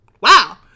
Wow